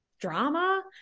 drama